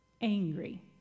angry